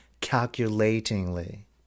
calculatingly